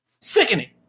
sickening